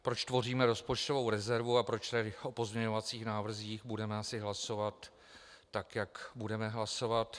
Proč tvoříme rozpočtovou rezervu a proč tady o pozměňovacích návrzích budeme asi hlasovat tak, jak budeme hlasovat.